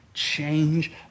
change